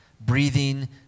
breathing